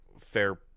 fair